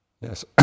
yes